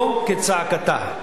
לא כצעקתה.